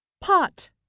pot